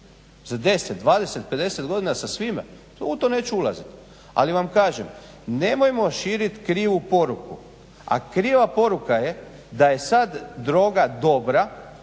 za 10, 20, 50 godina sa svime? U to neću ulaziti. Ali vam kažem nemojmo širiti krivu poruku. A kriva poruka je da je sada droga dobra